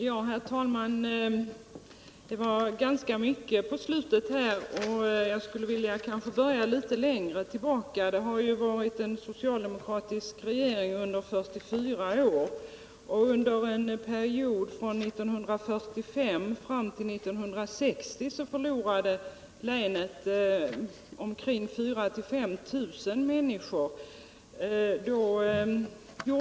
Herr talman! Det sades ganska mycket här på slutet, men jag skulle vilja gå litet längre tillbaka. Vi har ju haft en socialdemokratisk regering under 44 år, och under en period från 1945 fram till 1960 förlorade Blekinge län 4 000-5 000 människor.